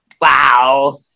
wow